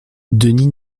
denis